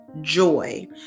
joy